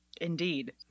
Indeed